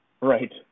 Right